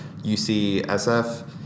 UCSF